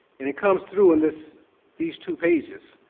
and it comes through in this these two pages.